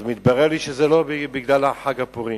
אז, מתברר לי שזה לא בגלל חג הפורים,